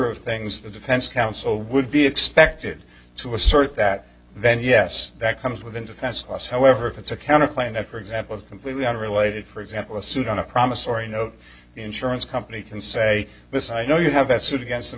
of things the defense counsel would be expected to assert that then yes that comes with into fastpass however if it's a counter claim that for example is completely unrelated for example a suit on a promissory note the insurance company can say this i know you have that suit against